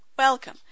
Welcome